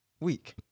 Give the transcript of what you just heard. week